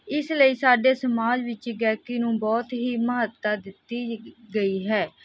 ਇਸ ਲਈ ਸਾਡੇ ਸਮਾਜ ਵਿੱਚ ਗਾਇਕੀ ਨੂੰ ਬਹੁਤ ਹੀ ਮਹੱਤਤਾ ਦਿੱਤੀ ਗੀ ਗਈ ਹੈ